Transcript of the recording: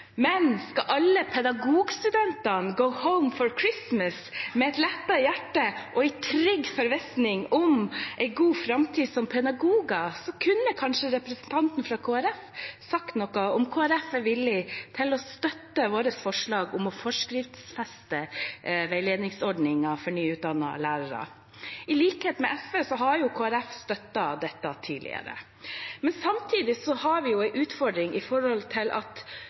men skal alle pedagogstudentene «go home for Christmas» med et lettet hjerte og i trygg forvissning om en god framtid som pedagoger, kunne kanskje representanten for Kristelig Folkeparti sagt noe om hvorvidt Kristelig Folkeparti er villig til å støtte vårt forslag om å forskriftsfeste veiledningsordningen for nyutdannede lærer. I likhet med SV har jo Kristelig Folkeparti støttet dette tidligere. Samtidig har vi en utfordring: Dersom vi skal få kommunene til